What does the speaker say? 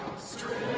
st.